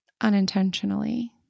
unintentionally